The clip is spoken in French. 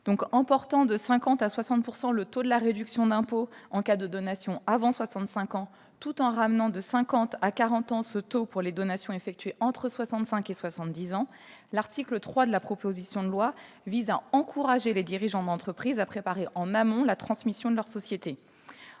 En portant de 50 % à 60 % le taux de la réduction d'impôt en cas de donation avant soixante-cinq ans, tout en ramenant de 50 % à 40 % ce taux pour les donations effectuées entre soixante-cinq et soixante-dix ans, l'article 3 de la proposition de loi vise à encourager les dirigeants d'entreprise à préparer en amont la transmission de leur société.